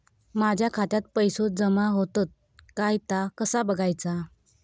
माझ्या खात्यात पैसो जमा होतत काय ता कसा बगायचा?